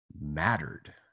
mattered